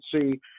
see